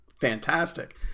fantastic